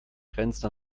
grenzt